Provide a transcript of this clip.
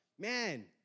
Man